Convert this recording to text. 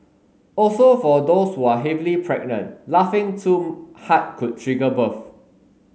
also for those who are heavily pregnant laughing too hard could trigger birth